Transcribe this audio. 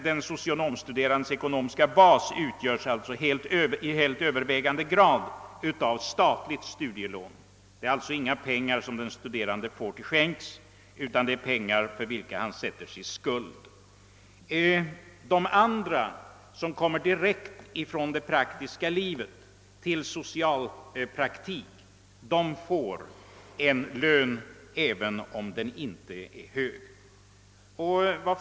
Den socionomstuderandes ekonomiska bas utgörs alltså till helt övervägande del av statligt studielån, pengar vilka den studerande inte får till skänks utan för vilka han sätter sig i skuld. Den andra gruppen som kommer direkt från det praktiska livet till social praktik får en lön, om även inte en hög sådan.